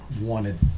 wanted